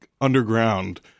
underground